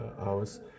hours